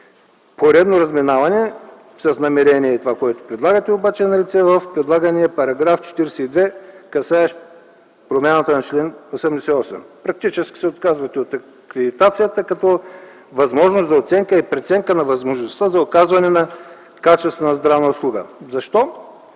Поредно разминаване с намеренията и това, което предлагате, има в § 42, касаещ промяната на чл. 88. Практически се отказвате от акредитацията като възможност за оценка и преценка на възможността за оказване на качествена здравна услуга. Защо